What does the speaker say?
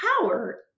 power